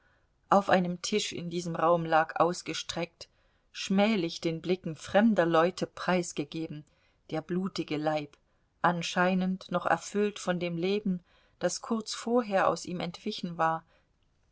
auf einem tisch in diesem raum lag ausgestreckt schmählich den blicken fremder leute preisgegeben der blutige leib anscheinend noch erfüllt von dem leben das kurz vorher aus ihm entwichen war